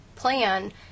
plan